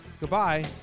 Goodbye